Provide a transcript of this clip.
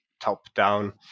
top-down